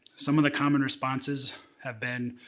some of the common responses have been,